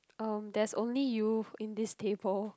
um there's only youth in this table